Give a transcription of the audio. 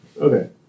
Okay